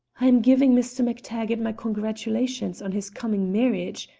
i'm giving mr. mactaggart my congratulations on his coming marriage,